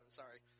sorry